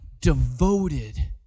devoted